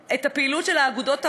מה רע בזה?